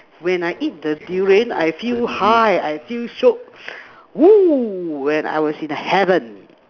when I eat the Durian I feel high I feel shiok when I was in the heaven